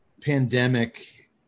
pandemic